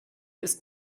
ist